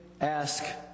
ask